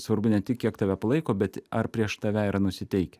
svarbu ne tik kiek tave palaiko bet ar prieš tave yra nusiteikę